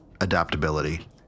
adaptability